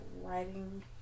writing